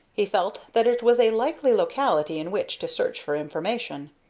he felt that it was a likely locality in which to search for information.